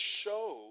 show